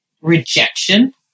rejection